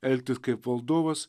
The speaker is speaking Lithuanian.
elgtis kaip valdovas